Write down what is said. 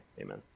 amen